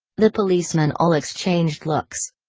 the policemen all exchanged looks.